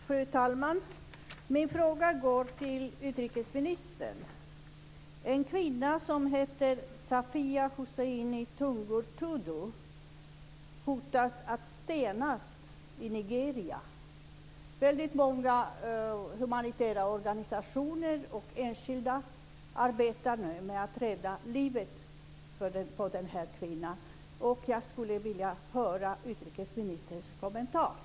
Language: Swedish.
Fru talman! Min fråga går till utrikesministern. En kvinna som heter Safiya Husseini Tungar-Tudu hotas av att bli stenad i Nigeria. Väldigt många humanitära organisationer och enskilda personer arbetar nu för att rädda livet på den här kvinnan. Jag skulle vilja höra en kommentar från utrikesministern.